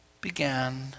began